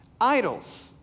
idols